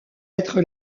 être